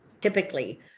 typically